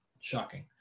Shocking